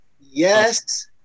Yes